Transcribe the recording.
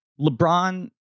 LeBron